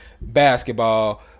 basketball